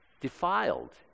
defiled